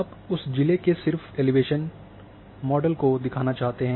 आप उस जिले के सिर्फ़ एलिवेशन मॉडल को दिखाना चाहते हैं